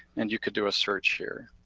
and you can do a search here.